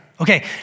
Okay